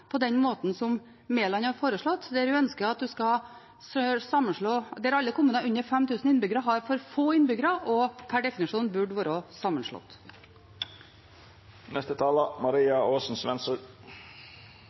på den måten som Mæland har foreslått, at alle kommuner under 5 000 innbyggere har for få innbyggere og per definisjon burde vært sammenslått.